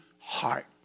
heart